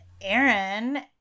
Aaron